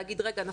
להגיד: רגע,